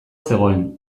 zegoen